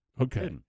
Okay